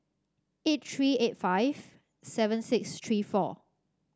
eight three eight five seven six three four